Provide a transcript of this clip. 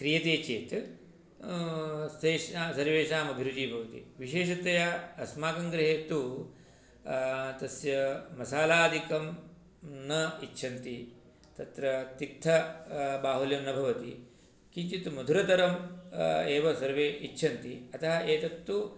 क्रियते चेत् तेषा सर्वेषाम् अभिरुचिः भवति विशेषतया अस्माकं गृहे तु तस्य मसालादिकं न इच्छन्ति तत्र तिक्थबाहुल्यं न भवति किञ्चित् मधुरतरम् एव सर्वे इच्छन्ति अतः एतत्तु